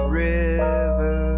river